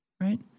right